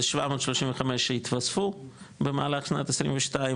זה 735 שהתווספו במהלך שנת 22,